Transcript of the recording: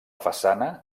façana